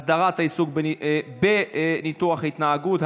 הסדרת העיסוק בניתוח התנהגות),